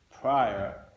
prior